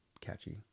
catchy